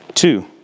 Two